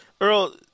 Earl